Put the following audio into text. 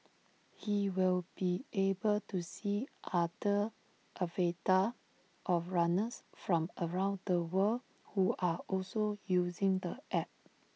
he will be able to see other avatars of runners from around the world who are also using the app